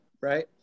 right